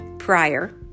prior